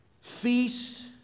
feast